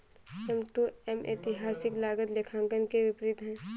M to M ऐतिहासिक लागत लेखांकन के विपरीत है